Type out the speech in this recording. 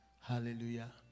Hallelujah